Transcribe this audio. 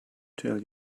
tell